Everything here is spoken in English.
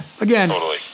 again